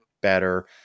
better